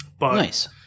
Nice